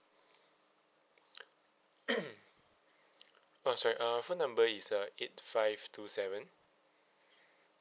oh sorry uh phone number is uh eight five two seven